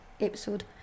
episode